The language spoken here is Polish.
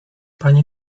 panie